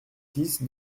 six